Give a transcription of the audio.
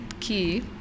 key